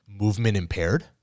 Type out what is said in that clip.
movement-impaired